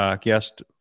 guest